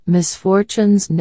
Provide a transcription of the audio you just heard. Misfortunes